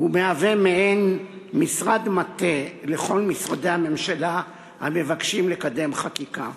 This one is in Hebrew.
ומהווה מעין משרד מטה לכל משרדי הממשלה המבקשים לקדם חקיקה.